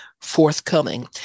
forthcoming